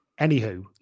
Anywho